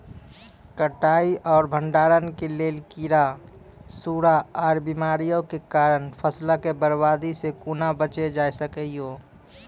कटाई आर भंडारण के लेल कीड़ा, सूड़ा आर बीमारियों के कारण फसलक बर्बादी सॅ कूना बचेल जाय सकै ये?